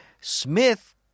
Smith